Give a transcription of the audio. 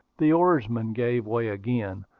the oarsmen gave way again,